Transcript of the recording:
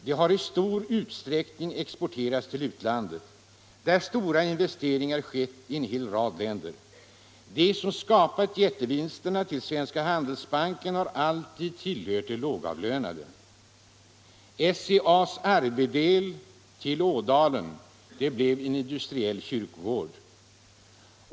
De har i stor utsträckning exporterats till utlandet, där stora investeringar skett i en hel rad länder. De som skapat jättevinsterna till Svenska Handelsbanken har alltid tillhört de lågavlönade. SCA:s arvedel till Ådalen blev en industriell kyrkogård.